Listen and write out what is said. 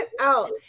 out